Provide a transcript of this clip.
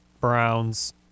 Browns